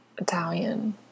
Italian